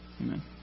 Amen